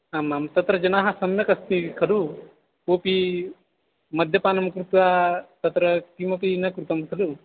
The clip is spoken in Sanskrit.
आमां तत्र जनाः सम्यक् अस्ति खलु कोपि मद्यपानं कृत्वा तत्र किमपि न कृतं खलु